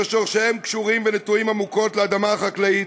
ששורשיהם קשורים ונטועים עמוקות לאדמה החקלאית,